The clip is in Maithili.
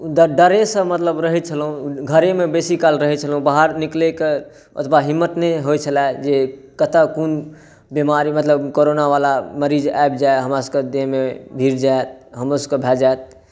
डरेसँ मतलब रहै छलहुँ घरेमे बेसीकाल रहै छलहुँ बाहर निकलैके ओतबा हिम्मत नहि होइ छलै जे कतऽ कोन बेमारी मतलब कोरोनावला मरीज आबि जाएत हमरासबके देहमे भिड़ जाएत हमरोसबकेे भऽ जाएत